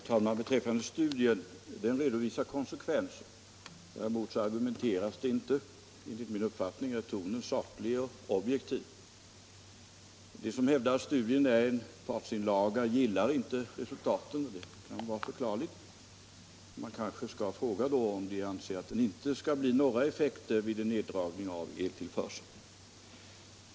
Herr talman! Studien redovisar konsekvenser, den argumenterar inte. Enligt min uppfattning är tonen saklig och objektiv. De som hävdar att studien är en partsinlaga gillar inte resultaten, och det kan vara förklarligt. Man kanske då skall fråga om de anser att det inte skall bli några effekter vid neddragning av eltillförseln.